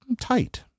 tight